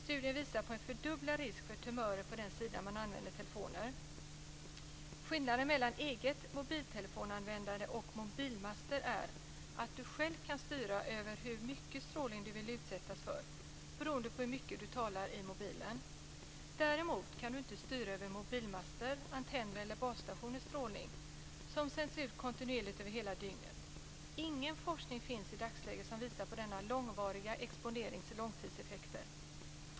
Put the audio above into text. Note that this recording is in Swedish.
Studien visar på en fördubblad risk för tumörer på den sida man använder telefoner. Skillnaden mellan eget mobiltelefonanvändande och mobilmaster är att du själv kan styra över hur mycket strålning du vill utsättas för beroende på hur mycket du talar i mobiltelefonen. Däremot kan du inte styra över mobilmasters, antenners eller basstationers strålning som sänds ut kontinuerligt över hela dygnet. Ingen forskning finns i dagsläget som visar på långtidseffekterna av denna långvariga exponering.